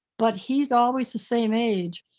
but he's always the same age.